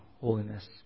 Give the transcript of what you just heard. holiness